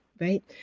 right